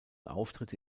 auftritte